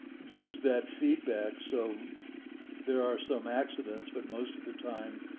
use that feedback. so there are some accidents, but most of the time,